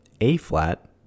A-flat